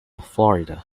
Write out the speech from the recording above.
florida